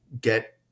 get